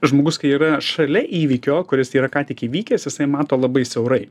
žmogus kai yra šalia įvykio kuris yra ką tik įvykęs jisai mato labai siaurai